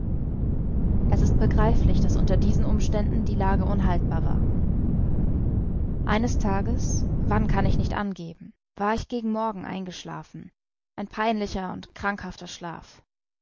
es ist begreiflich daß unter diesen umständen die lage unhaltbar war eines tages wann kann ich nicht angeben war ich gegen morgen eingeschlafen ein peinlicher und krankhafter schlaf